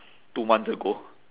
two months ago